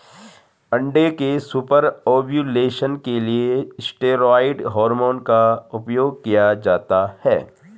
अंडे के super ovulation के लिए स्टेरॉयड हार्मोन का उपयोग किया जाता है